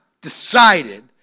decided